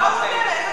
סליחה, מה הוא אומר?